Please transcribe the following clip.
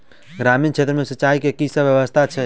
ग्रामीण क्षेत्र मे सिंचाई केँ की सब व्यवस्था छै?